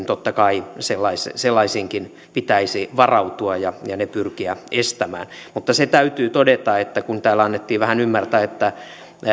totta kai sellaisiinkin pitäisi varautua ja ja ne pyrkiä estämään mutta se täytyy todeta että kun täällä annettiin vähän ymmärtää että